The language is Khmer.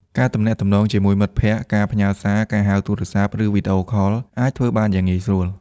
ការទំនាក់ទំនងជាមួយមិត្តភក្តិ ការផ្ញើសារ ការហៅទូរស័ព្ទ ឬវីដេអូខល អាចធ្វើបានយ៉ាងងាយស្រួល។